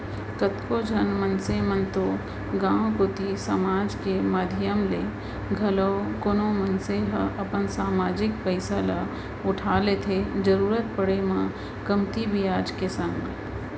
कतको झन मनसे मन तो गांव कोती समाज के माधियम ले घलौ कोनो मनसे ह अपन समाजिक पइसा ल उठा लेथे जरुरत पड़े म कमती बियाज के संग